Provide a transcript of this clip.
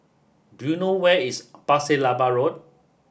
do you know where is Pasir Laba Road